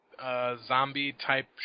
zombie-type